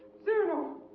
cyrano!